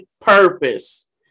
purpose